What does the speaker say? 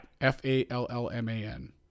F-A-L-L-M-A-N